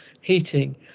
heating